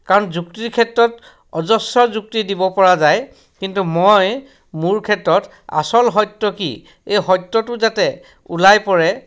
কাৰণ যুক্তিৰ ক্ষেত্ৰত অজস্ৰ যুক্তি দিবপৰা যায় কিন্তু মই মোৰ ক্ষেত্ৰত আচল সত্য কি এই সত্যটো যাতে ওলাই পৰে